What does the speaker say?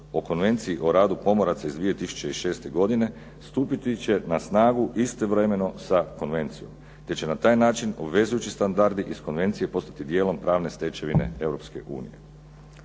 o Konvenciji o radu pomoraca iz 2006. godine stupiti će na snagu istovremeno sa konvencijom gdje će na taj način obvezujući standardi iz konvencije postati djelom pravne stečevine